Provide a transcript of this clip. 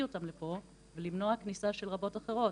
אותם לפה ולמנוע כניסה של רבות אחרות,